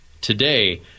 Today